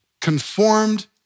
conformed